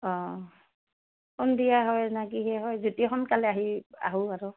অঁ সন্ধিয়া হয় ন কি হে হয় যদি সোনকালে আহি আহোঁ আৰু